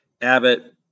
Abbott